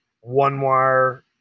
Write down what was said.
one-wire